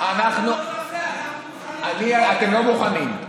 כן, 66%. אתם רוצים 100%?